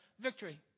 victory